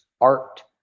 art